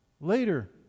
later